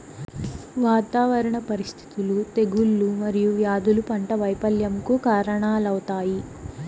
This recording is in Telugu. వాతావరణ పరిస్థితులు, తెగుళ్ళు మరియు వ్యాధులు పంట వైపల్యంకు కారణాలవుతాయి